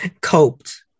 coped